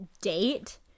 date